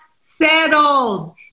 settled